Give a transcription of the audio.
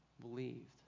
believed